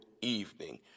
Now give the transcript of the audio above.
evening